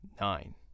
Nine